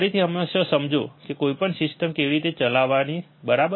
ફરીથી હંમેશા સમજો કે કોઈપણ સિસ્ટમ કેવી રીતે ચલાવવી બરાબર